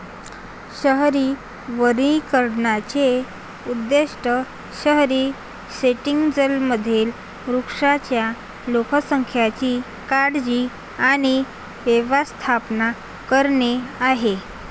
शहरी वनीकरणाचे उद्दीष्ट शहरी सेटिंग्जमधील वृक्षांच्या लोकसंख्येची काळजी आणि व्यवस्थापन करणे आहे